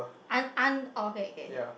I'm I'm oh okay okay okay